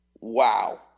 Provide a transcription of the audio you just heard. Wow